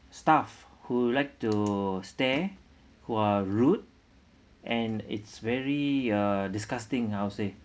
staff who like to stare who are rude and it's very uh disgusting I would say